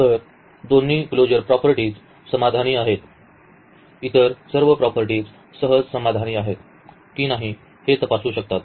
तर दोन्ही बंद गुणधर्म समाधानी आहेत इतर सर्व प्रॉपर्टी सहज समाधानी आहेत की नाही हे तपासू शकतात